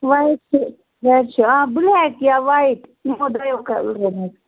white چھِ red چھِ آ بلیک یا وایِٹ یِمو دۄیو کَلرو مَنٛز